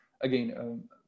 again